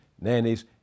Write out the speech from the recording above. nannies